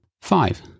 Five